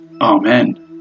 Amen